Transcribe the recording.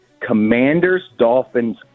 Commanders-Dolphins